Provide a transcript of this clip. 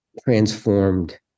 transformed